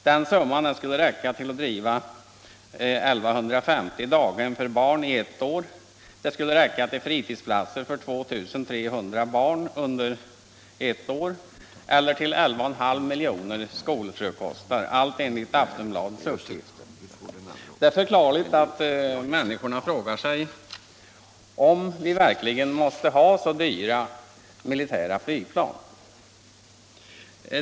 Den summan skulle räcka till driften av 1 150 daghemsplatser för barn i ett år, till fritidshemsplatser för 2 300 barn under ett år eller till 11,5 miljoner skolfrukostar. Det är förklarligt om människorna frågar sig om vi verkligen måste ha så dyra militära flygplan.